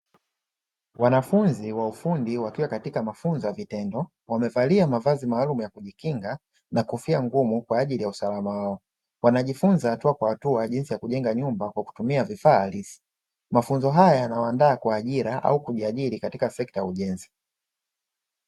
Wanafunzi wa ufundi wakiwa katika mafunzo ya vitendo, wamevalia mavazi maalumu ya kujikinga na kofia ngumu kwa ajili ya usalama wao, wanajifunza hatua kwa hatua jinsi ya kujenga nyumba kwa kutumia vifaa halisi. Mafunzo haya yanawaandaa kwa ajira au kujiajiri katika sekta ya ujenzi.